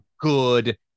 good